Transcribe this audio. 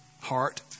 heart